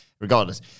regardless